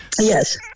Yes